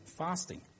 fasting